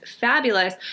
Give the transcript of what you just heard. fabulous